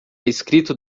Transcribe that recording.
escrito